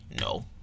No